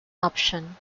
option